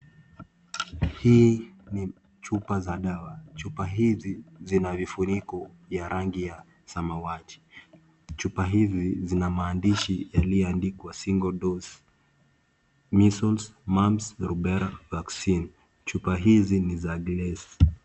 Hii ni chupa za dawa. Chupa hizi zina vifuniko vya rangi ya samawati, chupa hivi zina maandishi iliyoandikwa single dose, measels, mumps, rubella vaccine [cs[, chupa hizi ni za glesi.